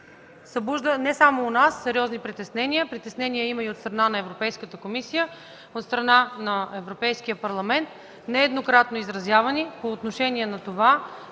събужда не само у нас сериозни притеснения, притеснения има и от страна на Европейската комисия, от страна на Европейския парламент, нееднократно изразявани по отношение на това,